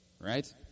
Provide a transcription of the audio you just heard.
Right